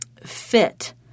fit